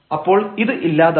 അപ്പോൾ ഇത് ഇല്ലാതാവും